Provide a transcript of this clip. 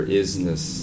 isness